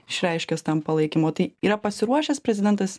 išreiškęs tam palaikymo tai yra pasiruošęs prezidentas